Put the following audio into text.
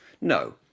no